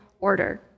order